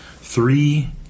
three